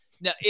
Now